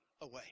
Away